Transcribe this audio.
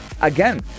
again